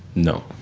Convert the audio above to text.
no.